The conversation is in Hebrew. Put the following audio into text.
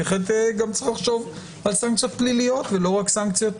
בהחלט גם צריך לחשוב על סנקציות פליליות ולא רק "סנקציות